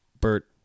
Bert